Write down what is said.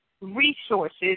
resources